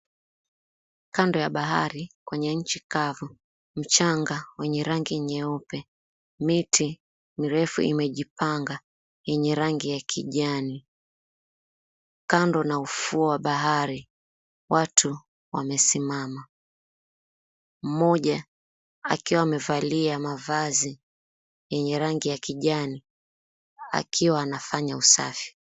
Kando ya bahari kwenye nchi kavu mchanga wenye rangi nyeupe miti mirefu imejipanga yenye rangi ya kijani .Kando na ufuo wa bahari watu wamesimama, mmoja akiwa amevalia mavazi yenye rangi ya kijani akiwa anafanya usafi.